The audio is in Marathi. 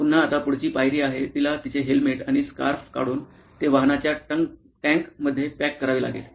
पुन्हा आता पुढची पायरी आहे तिला तिचे हेल्मेट आणि स्कार्फ काढून ते वाहनाच्या ट्रंक मध्ये पॅक करावे लागेल